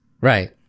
Right